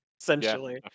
essentially